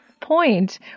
point